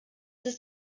ist